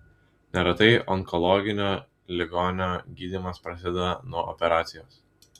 neretai onkologinio ligonio gydymas prasideda nuo operacijos